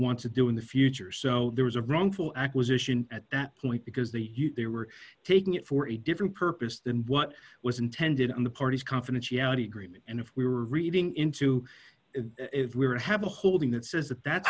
want to do in the future so there was a wrongful acquisition at that point because the they were taking it for a different purpose than what was intended in the party's confidentiality agreement and if we were reading into it we would have a holding that says that that